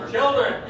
Children